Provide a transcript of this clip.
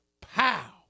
Pow